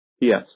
Yes